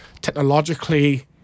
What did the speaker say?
technologically